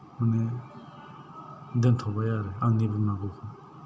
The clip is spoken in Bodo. माने दोनथ'बाय आरो आंनि बुंनांगौखौ